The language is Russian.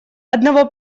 одного